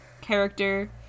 character